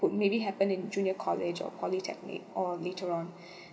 could maybe happen in junior college or polytechnic or later on